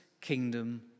kingdom